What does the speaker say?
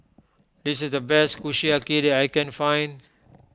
this is the best Kushiyaki that I can find